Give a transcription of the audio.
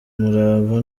umurava